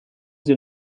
sie